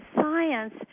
science